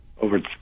over